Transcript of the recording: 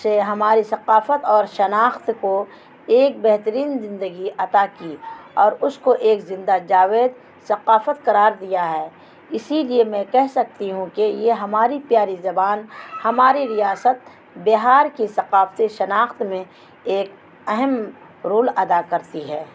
سے ہماری ثقافت اور شناخت کو ایک بہترین زندگی عطا کی اور اس کو ایک زندہ جاوید ثقافت قرار دیا ہے اسی لیے میں کہہ سکتی ہوں کہ یہ ہماری پیاری زبان ہماری ریاست بہار کی ثقافتی شناخت میں ایک اہم رول ادا کرتی ہے